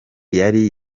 yari